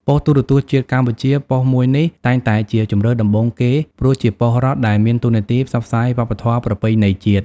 ប៉ុស្តិ៍ទូរទស្សន៍ជាតិកម្ពុជា ប៉ុស្តិ៍មួយនេះតែងតែជាជម្រើសដំបូងគេ ព្រោះ ជាប៉ុស្តិ៍រដ្ឋដែលមានតួនាទីផ្សព្វផ្សាយវប្បធម៌ប្រពៃណីជាតិ។